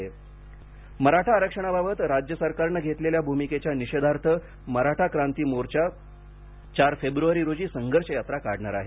मराठा क्रांती मोर्चा मराठा आरक्षणाबाबत राज्य सरकारने घेतलेल्या भूमिकेच्या निषेधार्थ मराठा क्रांती मोर्चा चार फेब्रुवारी रोजी संघर्ष यात्रा काढणार आहे